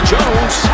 Jones